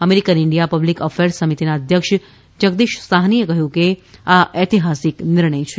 American India public affairs સમિતિના અધ્યક્ષ જગદીશ સાહનીએ કહ્યું કે આ ઐતિહાસિક નિર્ણય છે